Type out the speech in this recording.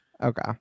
Okay